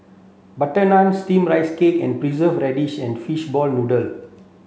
butter naan steamed rice cake with preserved radish and fish ball noodle